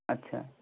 আচ্ছা